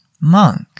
Monk